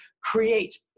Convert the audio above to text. create